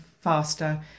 faster